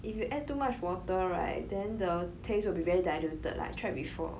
if you add too much water right then the taste will be very diluted like I tried before